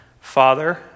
father